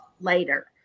later